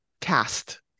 cast